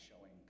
showing